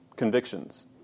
convictions